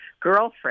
girlfriend